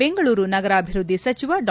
ಬೆಂಗಳೂರು ನಗರ ಅಭಿವೃದ್ಧಿ ಸಚಿವ ಡಾ